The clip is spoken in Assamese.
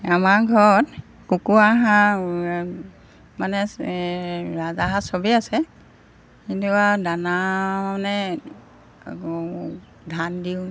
আমাৰ ঘৰত কুকুৰা হাঁহ মানে ৰাজহাঁহ চবেই আছে কিন্তু আৰু দানা মানে ধান দিওঁ